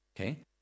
Okay